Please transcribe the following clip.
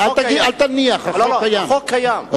החוק קיים.